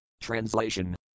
Translation